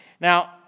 Now